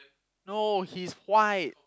no he's white